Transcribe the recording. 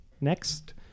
Next